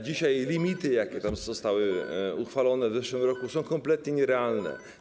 Dzisiaj limity, jakie tam zostały uchwalone w zeszłym roku, są kompletnie nierealne.